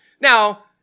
Now